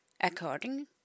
according